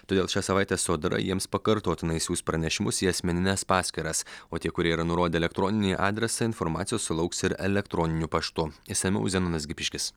todėl šią savaitę sodra jiems pakartotinai siųs pranešimus į asmenines paskyras o tie kurie yra nurodę elektroninį adresą informacijos sulauks ir elektroniniu paštu išsamiau zenonas gipiškis